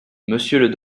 monsieur